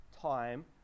time